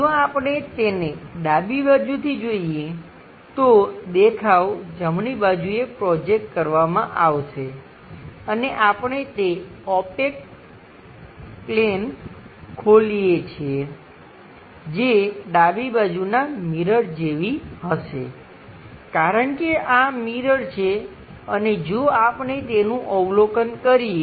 જો આપણે તેને ડાબી બાજુથી જોઈએ તો દેખાવ જમણી બાજુએ પ્રોજેકટ કરવામાં આવશે અને આપણે તે ઓપેક પ્લેટ ખોલીએ છીએ જે ડાબી બાજુના મિરર જેવી હશે કારણ કે આ મિરર છે અને જો આપણે તેનું અવલોકન કરીએ